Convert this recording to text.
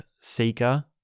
seeker